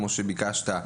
כמו שביקשת,